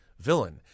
villain